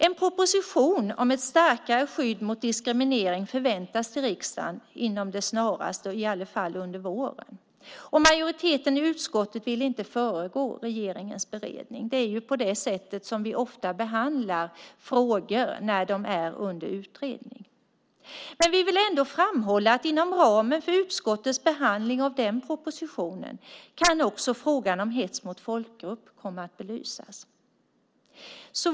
En proposition om ett starkare skydd mot diskriminering förväntas till riksdagen under våren. Majoriteten i utskottet vill inte föregripa regeringens beredning. Det är på det sättet som vi ofta behandlar frågor när de är under utredning. Men vi vill ändå framhålla att inom ramen för utskottets behandling av den propositionen kan också frågan om hets mot folkgrupp komma att belysas.